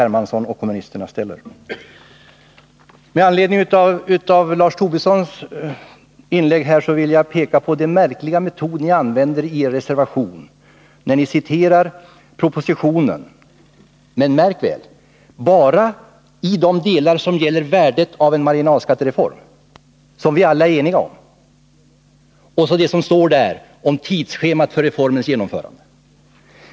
Hermansson och kommunisterna i övrigt ställer. Med anledning av Lars Tobissons inlägg vill jag peka på den märkliga metod ni använder i er reservation, när ni citerar propositionen — men, märk väl, bara i de delar som gäller värdet av en marginalskattereform, som vi alla är överens om, och det som står där om tidsschemat för reformens genomförande.